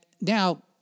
now